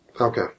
Okay